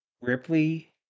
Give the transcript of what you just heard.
Ripley